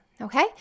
Okay